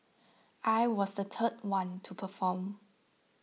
I was the third one to perform